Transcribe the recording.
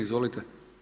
Izvolite.